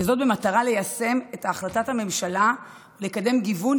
וזאת במטרה ליישם את החלטת הממשלה לקדם גיוון